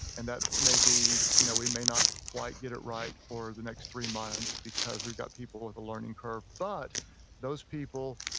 and that may be you know we may not quite get it right for the next three months because we've got people with a learning curve. but those people,